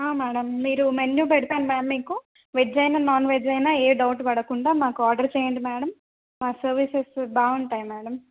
madam మీరు menu పెడతాం ma'am మీకు వెజ్ అయిన నాన్ వెజ్ అయిన మాకు ఏ డౌట్ పడకుండా మాకు ఆర్డర్ చేయండి మేడం మాకు మా సర్వీసెస్ బాగుంటాయి మేడం